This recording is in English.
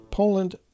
Poland